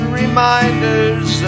reminders